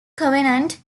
covenant